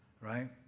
right